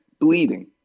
bleeding